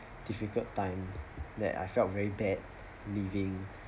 difficult time that I felt very bad leaving